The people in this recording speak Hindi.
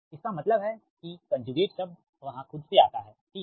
इसका मतलब है कि कंजुगेट शब्द वहाँ खुद से आता है ठीक है